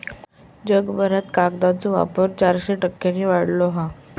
जगभरात कागदाचो वापर चारशे टक्क्यांनी वाढलो हा